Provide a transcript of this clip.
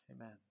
amen